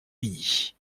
mini